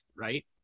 right